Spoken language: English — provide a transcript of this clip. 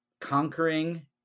conquering